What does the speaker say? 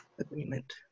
agreement